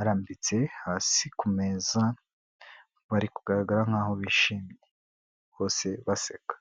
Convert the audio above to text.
arambitse hasi ku meza, bari kugaragara nk'aho bishimye bose baseka.